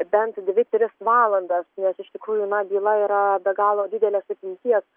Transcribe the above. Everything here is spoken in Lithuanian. bent dvi tris valandas nes iš tikrųjų na byla yra be galo didelės apimties